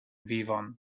vivon